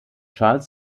charles